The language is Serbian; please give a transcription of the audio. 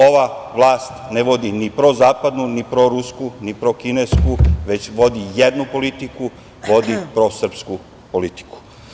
Ova vlast ne vodi ni prozapadnu ni prorusku, ni prokinesku, već vodi jednu politiku, vodi prosrpsku politiku.